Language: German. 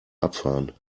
abfahren